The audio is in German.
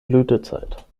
blütezeit